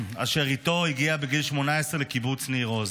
ואיתו הגיע בגיל 18 לקיבוץ ניר עוז.